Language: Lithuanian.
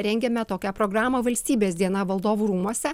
rengiame tokią programą valstybės diena valdovų rūmuose